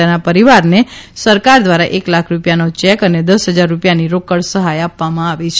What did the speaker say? તેના પરિવારને સરકાર દ્વારા એક લાખ રૂપિયાનો ચેક અને દસ ફજાર રૂપિયાની રોકડ સહાય આપવામાં આવી છે